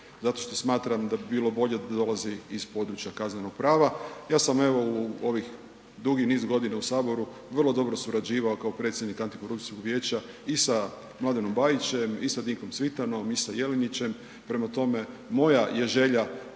zato što smatram da bi bilo bolje da dolazi iz područja kaznenog prava. Ja sam evo u ovih dugi niz godina u Saboru vrlo dobro surađivao kao predsjednik Antikorupcijskog vijeća i sa Mladenom Bajićem i sa Dinkom Cvitanom i sa Jelinićem, prema tome moja je želja